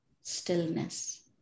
stillness